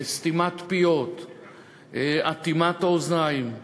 סתימת פיות, אטימת האוזניים,